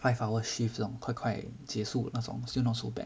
five hour shift 这种快快结束那种 still not so bad